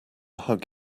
hug